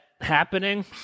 happening